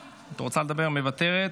מוותרת,